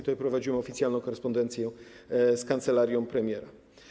Tutaj prowadziłem oficjalną korespondencję z kancelarią premiera.